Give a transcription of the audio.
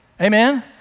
Amen